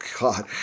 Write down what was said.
God